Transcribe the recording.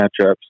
matchups